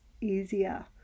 easier